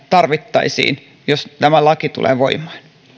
tarvittaisiin jos tämä laki tulee voimaan